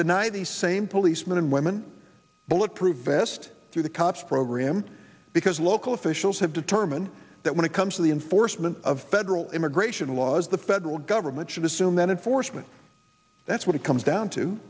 night the same policemen and women bulletproof vest through the cops program because local officials have determined that when it comes to the enforcement of federal immigration laws the federal government should assume that unfortunately that's what it comes down to